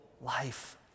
life